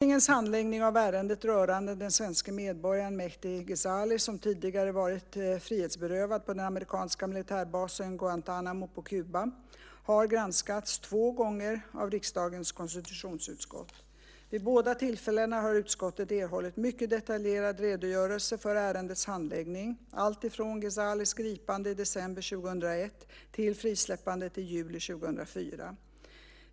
Fru talman! Yvonne Ruwaida har frågat hur jag avser att agera för att klargöra vilka löften som gavs till USA i samband med UD:s kontakter med USA om Mehdi Ghezalis frisläppande. Regeringens handläggning av ärendet rörande den svenske medborgaren Mehdi Ghezali, som tidigare varit frihetsberövad på den amerikanska militärbasen Guantánamo på Kuba, har granskats två gånger av riksdagens konstitutionsutskott. Vid båda tillfällena har utskottet erhållit mycket detaljerade redogörelser för ärendets handläggning, alltifrån Ghezalis gripande i december 2001 till frisläppandet i juli 2004.